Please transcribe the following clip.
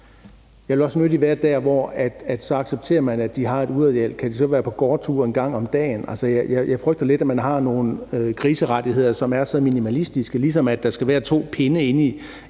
Jeg vil også nødig være der, hvor man så accepterer, at de har et udeareal, men måske så kan være på gårdtur en gang om dagen. Jeg frygter lidt, at man har nogle griserettigheder, der er lige så minimalistiske, som at der skal være to pinde inde i